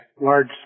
large